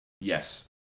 Yes